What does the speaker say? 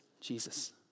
Jesus